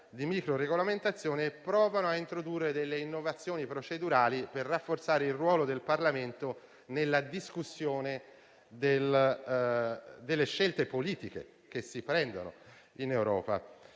di micro regolamentazione e provano a introdurre innovazioni procedurali per rafforzare il ruolo del Parlamento nella discussione delle scelte politiche che si prendono in Europa.